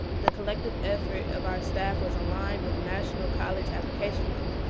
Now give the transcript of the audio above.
the collective effort of our staff was aligned with national college application month.